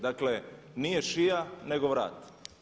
Dakle, nije šija nego vrat.